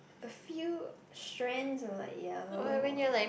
a few strands of like yellow